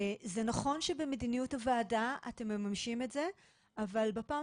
זה נכון שבמדיניות הוועדה אתם מממשים את זה אבל בפעם